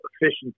Efficiency